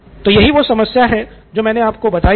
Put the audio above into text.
तो यही वो समस्या है जो मैंने आपको बताई थी